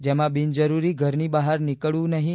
જેમાં બીનજરૂરી ઘરની બહાર નીકળવું નહીં